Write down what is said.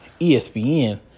ESPN